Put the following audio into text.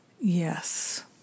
Yes